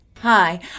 Hi